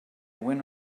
went